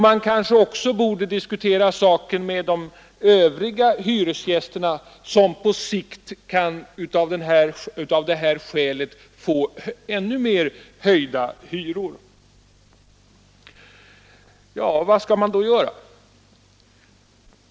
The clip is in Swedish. Man kanske också borde diskutera den med de övriga hyresgästerna, som på sikt av det här skälet kan få ännu mer höjda hyror. Vad skall man då göra?